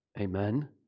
Amen